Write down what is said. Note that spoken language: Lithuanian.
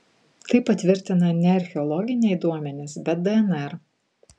tai patvirtina ne archeologiniai duomenys bet dnr